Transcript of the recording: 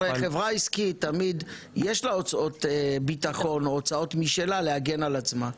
הרי חברה עסקית תמיד יש לה הוצאות ביטחון או הוצאות משלה להגן על עצמה,